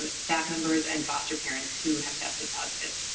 ah staff members, and foster parents who have tested positive.